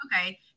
Okay